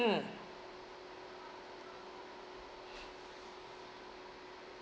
mm